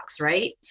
Right